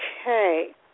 Okay